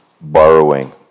borrowing